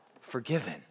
forgiven